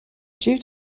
due